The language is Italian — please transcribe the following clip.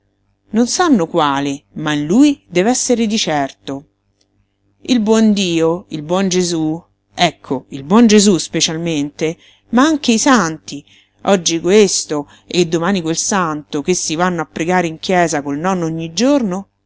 non sanno quale ma in lui dev'essere di certo il buon dio il buon gesú ecco il buon gesú specialmente ma anche i santi oggi questo e domani quel santo ch'essi vanno a pregare in chiesa col nonno ogni giorno